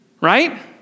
right